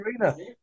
Arena